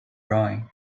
going